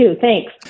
Thanks